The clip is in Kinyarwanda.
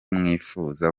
mwifuza